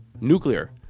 nuclear